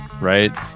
right